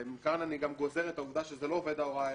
ומכאן אני גם גוזר את העובדה שזה לא עובד ההוראה,